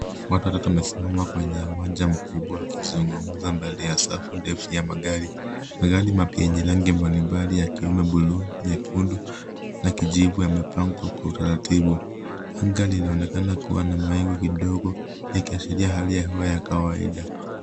Watu watatu wamesimama kwenye uwanja mkubwa wakizungumza mbele ya safu ndefu ya magari. Magari mapya yenye rangi mbalimbali, yakiwemo buluu, nyekundu na kijivu yamepangwa kwa utaratibu. Anga linaonekana kuwa na mawingu kidogo yakiashiria hali ya hewa ya kawaida.